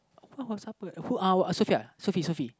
what was supper whouhSophia Sophie Sophie